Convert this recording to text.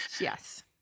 Yes